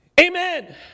Amen